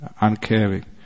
uncaring